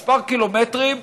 מספר קילומטרים,